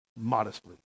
Modestly